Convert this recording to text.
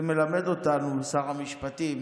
זה מלמד אותנו, שר המשפטים,